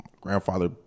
grandfather